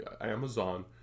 Amazon